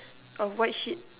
of white sheet